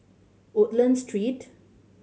Woodlands Street